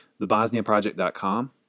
thebosniaproject.com